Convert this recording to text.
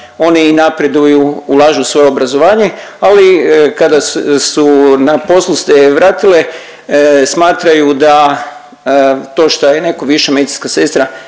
oni i napreduju, ulažu svoje u obrazovanje, ali kada su na poslu se vratile smatraju da to šta je netko viša medicinska sestra